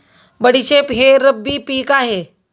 बडीशेप हे रब्बी पिक आहे